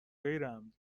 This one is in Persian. غیرعمدی